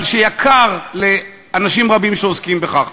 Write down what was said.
אבל שיקר לאנשים רבים שעוסקים בכך.